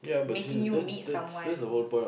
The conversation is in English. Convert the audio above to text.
making you meet someone